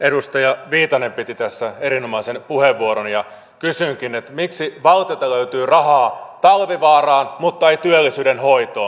edustaja viitanen piti tässä erinomaisen puheenvuoron ja kysynkin miksi valtiolta löytyy rahaa talvivaaraan mutta ei työllisyyden hoitoon